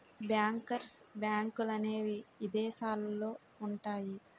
bankers బ్యాంకులనేవి ఇదేశాలల్లో ఉంటయ్యి